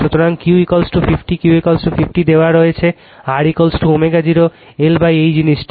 সুতরাং Q 50 Q50 দেওয়া হয়েছে Rω 0 Lএই জিনিসটি